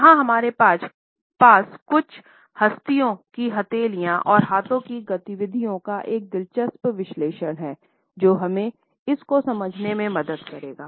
यहाँ हमारे पास कुछ हस्तियों की हथेली और हाथों की गतिविधियों का एक दिलचस्प विश्लेषण है जो हमें इस को समझने में मदद करेगा